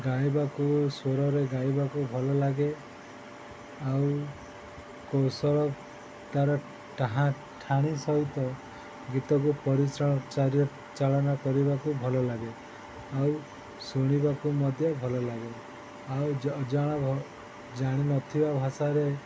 ଗାଇବାକୁ ସ୍ୱରରେ ଗାଇବାକୁ ଭଲ ଲାଗେ ଆଉ କୌଶଳ ତାର ଠାଣି ସହିତ ଗୀତକୁ ପରିଚାଳନା କରିବାକୁ ଭଲ ଲାଗେ ଆଉ ଶୁଣିବାକୁ ମଧ୍ୟ ଭଲ ଲାଗେ ଆଉ ଜଣେ ଜାଣିିନଥିବା ଭାଷାରେ